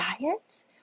diet